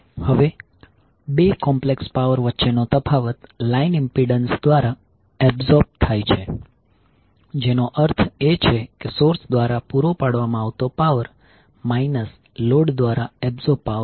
હવે બે complex power વચ્ચેનો તફાવત લાઇન ઈમ્પીડંસ દ્વારા એબ્સોર્બ થાય છે જેનો અર્થ એ છે કે સોર્સ દ્વારા પૂરો પાડવામાં આવતો પાવર માઈનસ લોડ દ્વારા એબ્સોર્બ પાવર છે